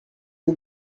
you